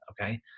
Okay